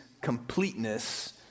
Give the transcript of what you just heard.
completeness